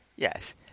Yes